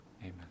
amen